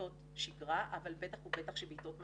שבעיתות שגרה אבל בטח ובטח שבעיתות משבר.